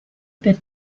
per